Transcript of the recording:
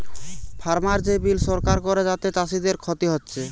farmer যে bill সরকার করে যাতে চাষীদের ক্ষতি হচ্ছে